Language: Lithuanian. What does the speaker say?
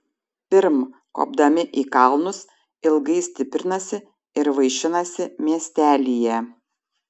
pirm kopdami į kalnus ilgai stiprinasi ir vaišinasi miestelyje